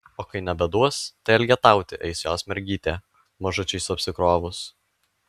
o kai nebeduos tai elgetauti eis jos mergytė mažučiais apsikrovus